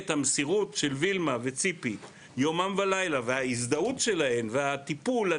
המסירות של וילמה וציפי יומם ולילה וההזדהות שלהם והטיפול,